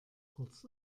kurz